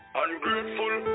ungrateful